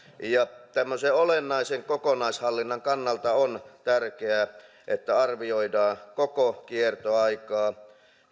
ja tämmöisen olennaisen kokonaishallinnan kannalta on tärkeää että arvioidaan koko kiertoaikaa